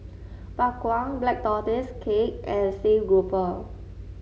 Bak Kwa Black Tortoise Cake and Steamed Grouper